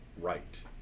right